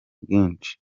bwinshi